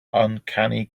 uncanny